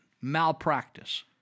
Malpractice